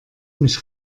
mich